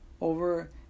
over